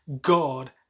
God